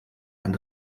ein